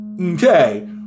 okay